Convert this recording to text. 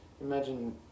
Imagine